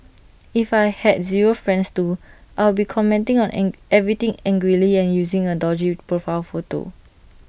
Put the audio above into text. if I had zero friends too I'll be commenting on everything angrily and using an dodgy profile photo